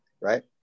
right